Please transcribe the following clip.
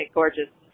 gorgeous